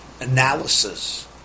analysis